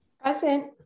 Present